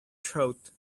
throat